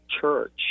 church